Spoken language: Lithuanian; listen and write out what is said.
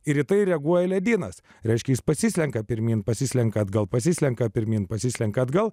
ir į tai reaguoja ledynas reiškia jis pasislenka pirmyn pasislenka atgal pasislenka pirmyn pasislenka atgal